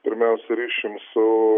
ir mes ryšium su